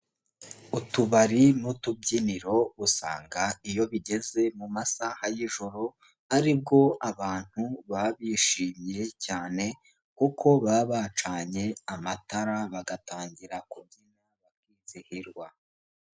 Utubari n'utubyiniro usanga iyo bigeze mu masaha y'ijoro ari bwo abantu baba bishimye cyane kuko baba bacanye amatara bagatangira kubyina bakizihirwa.